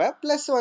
plus